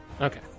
Okay